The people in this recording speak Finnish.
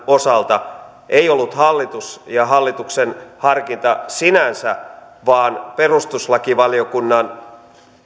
osalta ei ollut hallitus ja hallituksen harkinta sinänsä vaan perustuslakivaliokunnan